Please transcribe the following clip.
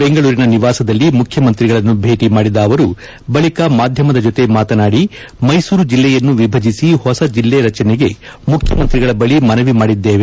ಬೆಂಗಳೂರಿನ ನಿವಾಸದಲ್ಲಿ ಮುಖ್ಯಮಂತ್ರಿಗಳನ್ನು ಭೇಟಿ ಮಾಡಿದ ಅವರು ಬಳಿಕ ಮಾಧ್ಯಮದ ಜತೆ ಮಾತನಾಡಿದ ಅವರು ಮೈಸೂರು ಜಿಲ್ಲೆಯನ್ನು ವಿಭಜಿಸಿ ಹೊಸ ಜಿಲ್ಲೆ ರಚನೆಗೆ ಮುಖ್ಯಮಂತ್ರಿಗಳ ಬಳಿ ಮನವಿ ಮಾಡಿದ್ದೇನೆ